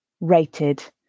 rated